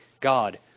God